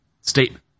statement